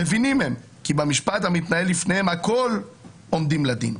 מבינים הם כי במשפט המתנהל לפניהם הכול עומדים לדין,